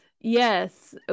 Yes